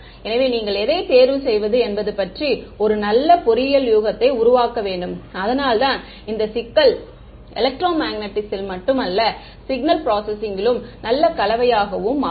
எனவே நீங்கள் எதைத் தேர்வு செய்வது என்பது பற்றி ஒரு நல்ல பொறியியல் யூகத்தை உருவாக்க வேண்டும் அதனால்தான் இந்த சிக்கல் எலெக்ட்ரோமேக்னெட்டிக்ஸில் மட்டுமல்ல சிக்னல் ப்ரோஸஸிங்கிலும் நல்ல கலவையாகவும் மாறும்